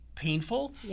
painful